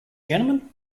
gentlemen